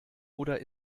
oder